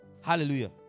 Hallelujah